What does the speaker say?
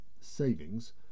savings